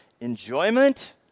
enjoyment